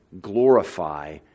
glorify